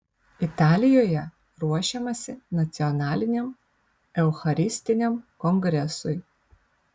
italijoje ruošiamasi nacionaliniam eucharistiniam kongresui